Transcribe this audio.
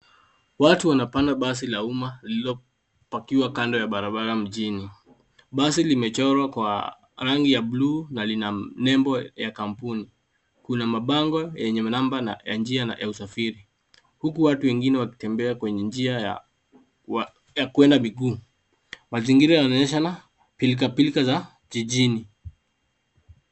wtu wanapanda basi la umma lililopakiwa kando ya barabara mjini. Basi limechorwa kwa rangi ya buluu na lina nembo ya kampuni. Kuna mabango yenye namba ya njia ya usafiri huku watu wengine wakitembea kwenye njia ya kuenda miguu. Mazingira yanaonyeshana pilkapilka za jijini.